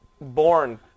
born